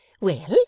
Well